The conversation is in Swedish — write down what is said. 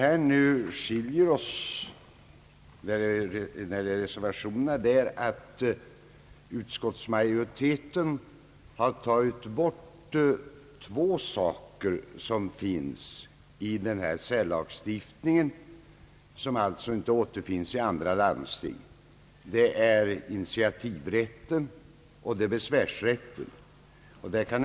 Vad som skiljer utskottsmajoritetens förslag och reservanternas är att utskottsmajoriteten velat stryka två punkter i särlagstiftningen som inte har någon motsvarighet inom andra landsting. Det gäller den primärkommunala initiativrätten och besvärsrätten.